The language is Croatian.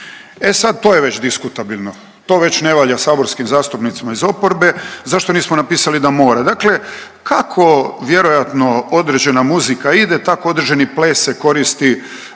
E sad to je već diskutabilno, to već ne valja saborskim zastupnicima iz oporbe, zašto nismo napisali da mora. Dakle, kako vjerojatno određena muzika ide tako određeni ples se koristi